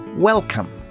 Welcome